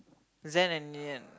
Zen and Reanne